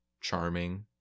charming